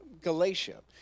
Galatia